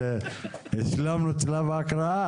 אבל השלמנו את שלב ההקראה.